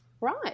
right